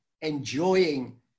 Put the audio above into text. Enjoying